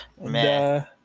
Man